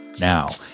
Now